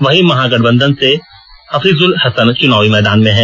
वहीं महागठबंधन से हफीजुल हसन चुनावी मैदान में हैं